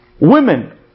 Women